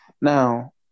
Now